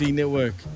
network